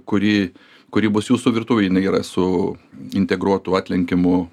kuri kuri bus jūsų virtuvėj jinai yra su integruotu atlenkiamu